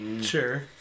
Sure